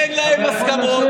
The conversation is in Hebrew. אין להם הסכמות.